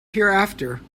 hereafter